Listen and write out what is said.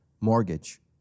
mortgage